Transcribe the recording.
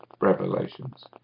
Revelations